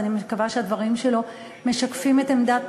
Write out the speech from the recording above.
אז אני מקווה שהדברים שלו משקפים את עמדת,